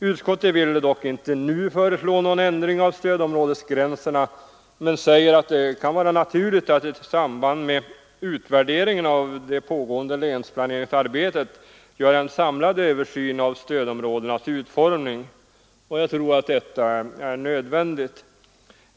Utskottet vill dock inte nu föreslå någon ändring av stödområdesgränserna men säger att det kan vara naturligt att i samband med utvärderingen av det pågående länsplaneringsarbetet göra en samlad översyn av stödområdenas utformning. Jag tror att detta är nödvändigt.